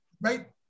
Right